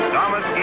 Thomas